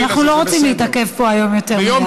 חברים, אנחנו לא רוצים להתעכב פה היום יותר מדי.